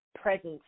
presence